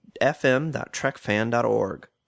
fm.trekfan.org